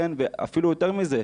ואפילו יותר מזה,